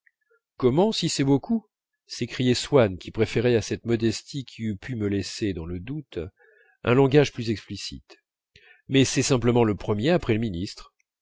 comment si c'est beaucoup s'écriait swann qui préférait à cette modestie qui eût pu me laisser dans le doute un langage plus explicite mais c'est simplement le premier après le ministre